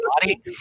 body